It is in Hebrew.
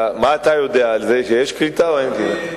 מה אתה יודע על זה, יש קליטה או אין קליטה?